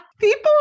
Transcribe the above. People